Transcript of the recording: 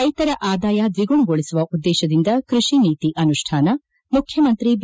ರೈತರ ಆದಾಯ ದ್ವಿಗುಣಗೊಳಿಸುವ ಉದ್ಗೇಶದಿಂದ ಕೃಷಿ ನೀತಿ ಅನುಷ್ಣಾನ ಮುಖ್ಯಮಂತ್ರಿ ಬಿ